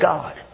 God